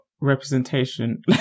representation